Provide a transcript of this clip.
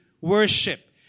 worship